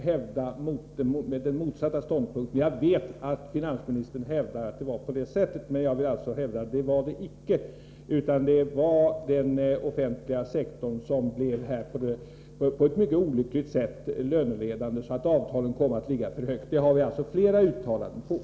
Herr talman! På den sista punkten vill jag hävda den motsatta ståndpunkten. Jag vet att finansministern menar att det var på det sätt som han här redogjorde för, men jag hävdar att det icke var det. Det var den offentliga sektorn som på ett mycket olyckligt sätt blev löneledande och gjorde att avtalen kom att ligga för högt. Det har vi flera uttalanden om.